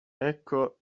ecco